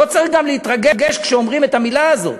לא צריך גם להתרגש כשאומרים את המילה הזאת.